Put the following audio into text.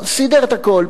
סידר את הכול,